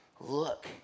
look